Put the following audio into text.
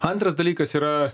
antras dalykas yra